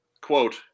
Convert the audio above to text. quote